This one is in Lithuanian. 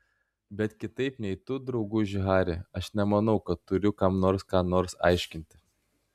bet kitaip nei tu drauguži hari aš nemanau kad turiu kam nors ką nors aiškinti